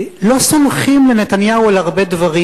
לא סולחים לנתניהו על הרבה דברים,